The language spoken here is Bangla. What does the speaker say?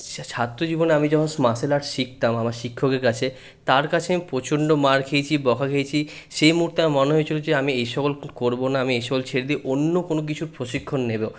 ছাত্রজীবনে আমি যখন মার্শাল আর্ট শিখতাম আমার শিক্ষকের কাছে তার কাছে প্রচণ্ড মার খেয়েছি বকা খেয়েছি সেই মুহূর্তে আমার মনে হয়েছিল যে আমি এই সকল করবো না আমি এই সকল ছেড়ে দিয়ে অন্য কোন কিছুর প্রশিক্ষণ নেবো